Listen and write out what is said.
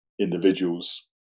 individuals